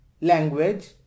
language